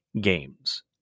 games